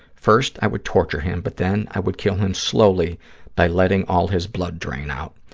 first, i would torture him, but then i would kill him slowly by letting all his blood drain out,